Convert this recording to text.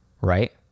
right